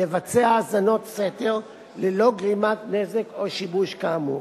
לבצע האזנות סתר ללא גרימת נזק או שיבוש כאמור.